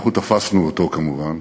אנחנו תפסנו אותו כמובן,